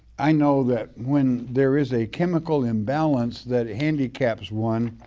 i know that when there is a chemical imbalance that handicaps one,